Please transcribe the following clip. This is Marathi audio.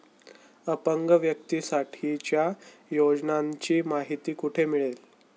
अपंग व्यक्तीसाठीच्या योजनांची माहिती कुठे मिळेल?